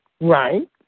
Right